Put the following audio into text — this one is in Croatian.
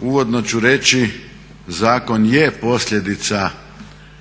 uvodno ću reći zakon je posljedica